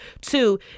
Two